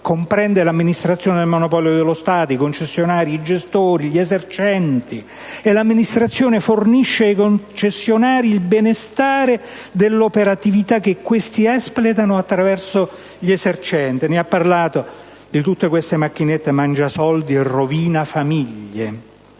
comprende l'Amministrazione autonoma dei monopoli dello Stato, i concessionari, i gestori, gli esercenti, e così via. E l'amministrazione fornisce ai concessionari il benestare all'operatività che questi espletano attraverso gli esercenti. Si è parlato di tutte queste macchinette «mangia soldi» e «rovina-famiglie»,